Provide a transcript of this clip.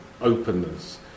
openness